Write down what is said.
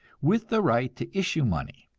with the right to issue money.